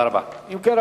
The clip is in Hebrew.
אם כן,